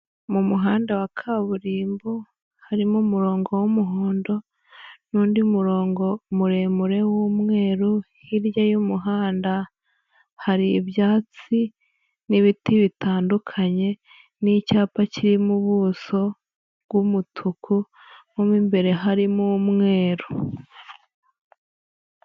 Mu muhanda wa kaburimbo, harimo umurongo w'umuhondo n'undi murongo muremure w'umweru, hirya y'umuhanda, hari ibyatsi n'ibiti bitandukanye n'icyapa kirimo ubuso bw'umutuku mo mo imbere harimo umweru.